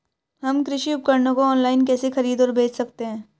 हम कृषि उपकरणों को ऑनलाइन कैसे खरीद और बेच सकते हैं?